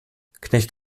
knecht